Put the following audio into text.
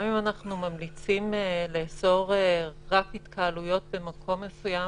גם אם אנחנו ממליצים לאסור התקהלויות במקום מסוים,